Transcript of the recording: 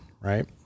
right